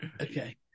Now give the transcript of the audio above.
Okay